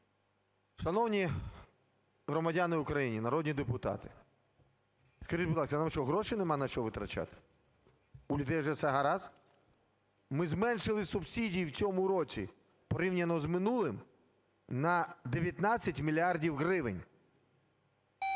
Шановні громадяни України народні депутати! Скажіть, будь ласка, вам що, грошей нема на що витрачати, у людей вже все гаразд? Ми зменшили субсидії в цьому році, порівняно з минулим, на 19 мільярдів гривень.